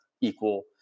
equal